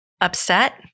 upset